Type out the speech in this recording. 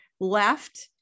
left